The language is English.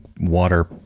water